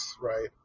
right